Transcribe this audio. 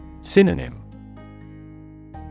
Synonym